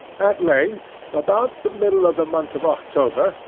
at length, about the middle of the month of october,